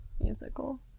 musical